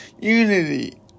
unity